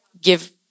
give